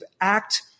act